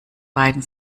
beiden